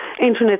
internet